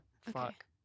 Fuck